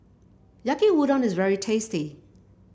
Yaki Udon is very tasty